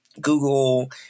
Google